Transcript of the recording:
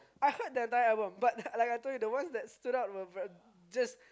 I heard the entire albums but like I told you the ones that stood out were just